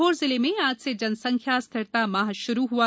सीहोर जिले में आज से जनसंख्या स्थिरता माह शुरू हुआ